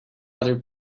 other